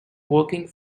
working